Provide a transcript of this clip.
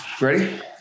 ready